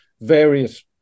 various